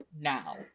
now